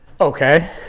Okay